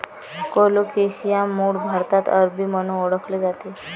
colocasia मूळ भारतात अरबी म्हणून ओळखले जाते